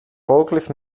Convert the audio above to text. folglich